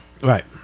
Right